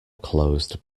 closed